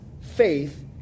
faith